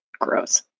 gross